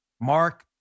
Mark